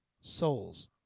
souls